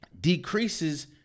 decreases